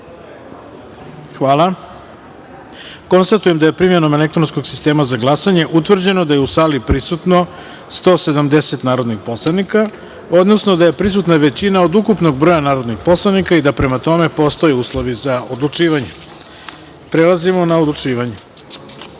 jedinice. Konstatujem da je primenom elektronskog sistema za glasanje utvrđeno da je u sali prisutno 170 narodnih poslanika, odnosno da je prisutna većina od ukupnog broja narodnih poslanika i da prema tome postoje uslovi za odlučivanje. Prelazimo na odlučivanje. Prva